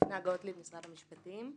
דפנה גוטליב, משרד המשפטים.